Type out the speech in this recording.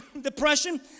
depression